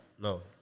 No